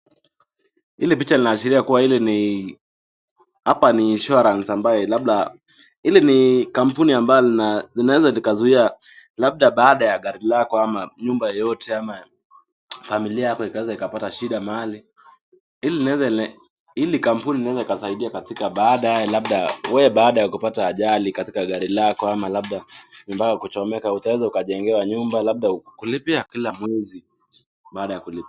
Hili picha linaashiria kuwa hili ni hapa ni insurance ambayo labda hili ni kampuni ambayo linaweza likazuia labda baada ya gari lako ama nyumba yoyote ama familia yako ikaweza ikapata shida mahali. Hili linaweza hili kampuni linaweza likasaidia katika baada ya labda wewe baada ya kupata ajali katika gari lako ama labda nyumba yako kuchomeka utaweza ukajengewa nyumba labda kulipia kila mwezi baada ya kulipa.